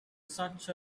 such